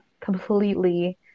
completely